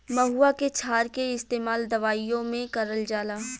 महुवा के क्षार के इस्तेमाल दवाईओ मे करल जाला